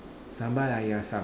sambal air asam